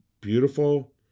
beautiful